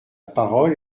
parole